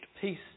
peace